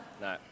No